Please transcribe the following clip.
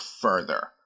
further